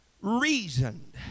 reasoned